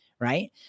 Right